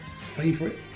favorite